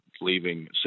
leaving